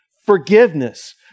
forgiveness